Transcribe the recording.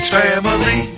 family